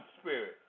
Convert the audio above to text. spirit